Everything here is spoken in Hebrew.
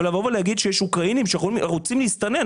אבל לבוא ולהגיד שיש אוקראינים שרוצים להסתנן,